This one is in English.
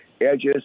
Edges